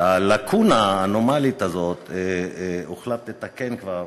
את הלקונה האנומלית הזאת הוחלט לתקן כבר